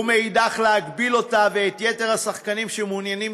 ומאידך גיסא להגביל אותה ואת יתר השחקנים שמעוניינים